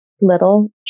little